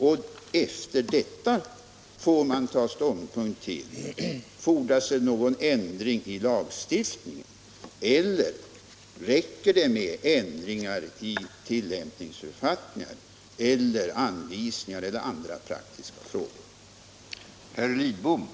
Därefter får man ta ställning till frågan om det fordras någon ändring i lagstiftningen eller om det räcker med ändringar i tillämpningsförfattningar eller anvisningar eller när det gäller andra praktiska frågor.